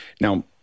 Now